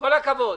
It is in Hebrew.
כל הכבוד.